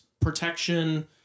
protection